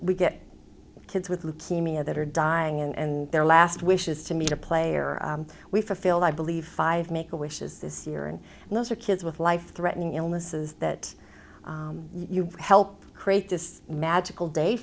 we get kids with leukemia that are dying and their last wishes to meet a player we fulfilled i believe five make a wishes this year and those are kids with life threatening illnesses that help create this magical day